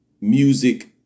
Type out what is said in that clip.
music